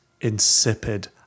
insipid